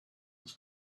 was